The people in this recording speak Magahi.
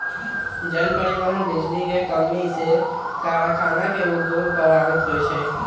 जन, परिवहन, बिजली के कम्मी से कारखाना के उद्योग प्रभावित हो जाइ छै